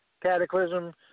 Cataclysm